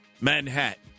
Manhattan